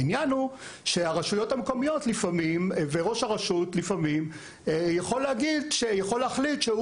העניין הוא שהרשויות המקומיות וראש הרשות לפעמים יכול להחליט שהוא